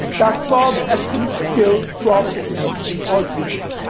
that solves extreme-scale problems in algebra.